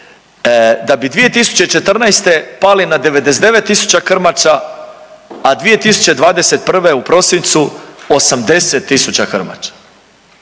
Da bi 2014. pali na 99000 krmača, a 2021. u prosincu 80000 krmača.